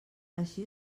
així